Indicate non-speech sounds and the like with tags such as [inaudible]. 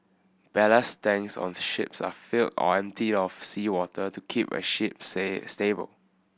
ballast tanks on the ships are filled or emptied of seawater to keep a ship [unintelligible] stable